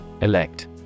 Elect